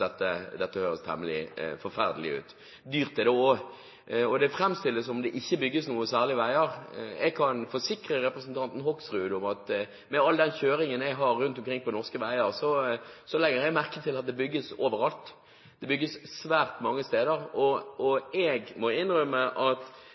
bygges noe særlig veier. Jeg kan forsikre representanten Hoksrud om at med all den kjøringen min rundt omkring på norske veier, så legger jeg merke til at det bygges overalt. Det bygges svært mange steder. Jeg må innrømme at når Bård Hoksrud sier at det er dumt å overføre dette til fylkeskommunene og la folk få bestemme lokalt hvor veiene skal gå, og